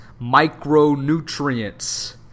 Micronutrients